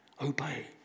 Obey